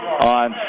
on